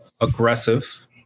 aggressive